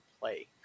play